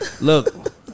Look